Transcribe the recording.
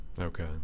Okay